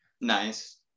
Nice